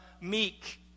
meek